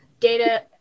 Data